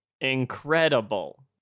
incredible